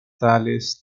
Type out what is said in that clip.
tales